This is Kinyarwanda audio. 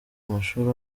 amashuri